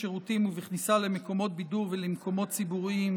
בשירותים ובכניסה למקומות בידור ולמקומות ציבוריים,